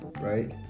right